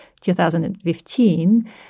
2015